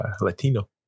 Latino